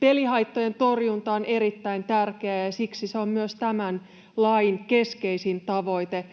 Pelihaittojen torjunta on erittäin tärkeää, ja siksi se on myös tämän lain keskeisin tavoite.